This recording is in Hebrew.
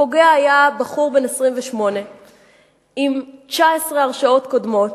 הפוגע היה בחור בן 28 עם 19 הרשעות קודמות,